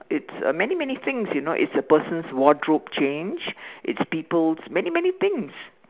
it's uh many many things you know it's person's wardrobe change it's people's many many things